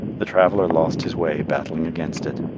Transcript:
the traveller lost his way battling against it,